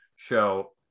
show